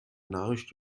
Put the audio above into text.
nachricht